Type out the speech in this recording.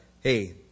hey